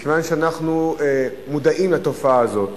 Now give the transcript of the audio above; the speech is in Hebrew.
אנחנו מודעים לתופעה הזאת